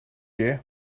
year